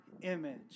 image